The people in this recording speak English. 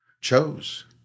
chose